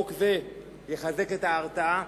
חוק זה יחזק את ההרתעה,